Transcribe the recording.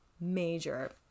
major